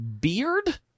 beard